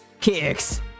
Kicks